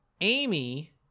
Amy